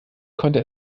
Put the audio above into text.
konnte